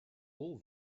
all